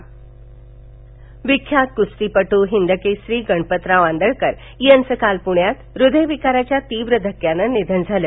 आंदळकर निधन विख्यात कुस्तीपट्र हिंदकेसरी गणपतराव आंदळकर यांचं काल पुण्यात ह्दयविकाराच्या तीव्र धक्क्यानं निधन झालं